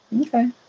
Okay